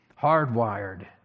Hardwired